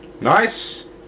Nice